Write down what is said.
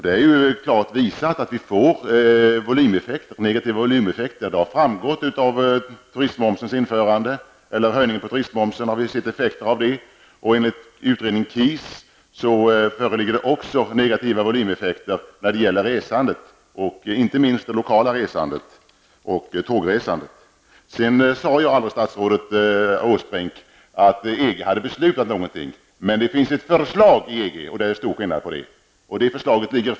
Det har klart framgått av höjningen av turistmomsen att vi får volymeffekter. Enligt utredningen KIS föreligger det också negativa volymeffekter för resandet, inte minst det lokala resandet och tågresandet. Jag sade aldrig, statsrådet Åsbrink, att EG hade beslutat någonting. Men det finns ett förslag i EG.